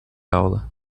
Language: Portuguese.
aula